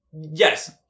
Yes